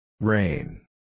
Rain